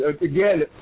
Again